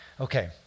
Okay